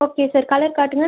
okay sir colour காட்டுங்கள்